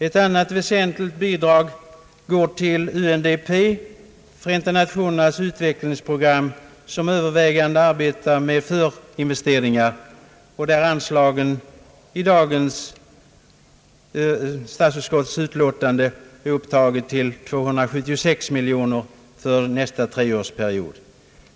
Ett annat väsentligt bidrag går till UNDP, Förenta Nationernas utvecklingsprogram, som övervägande arbetar med förinvesteringar och där anslaget i dagens statsutskottsutlåtande är upptaget till 276 miljoner kronor för nästa treårsperiod.